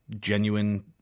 genuine